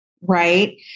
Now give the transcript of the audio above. Right